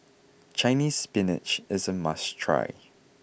Chinese spinach is a must try